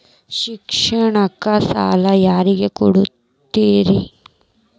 ಶಿಕ್ಷಣಕ್ಕ ಸಾಲ ಯಾರಿಗೆ ಕೊಡ್ತೇರಿ?